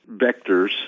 vectors